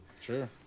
Sure